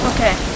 Okay